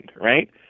right